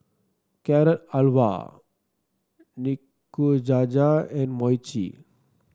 Carrot Halwa Nikujaga and Mochi